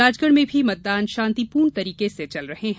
राजगढ़ में भी मतदान शांतिपूर्ण तरीके से चल रहे हैं